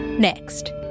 Next